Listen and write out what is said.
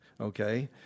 okay